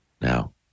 Now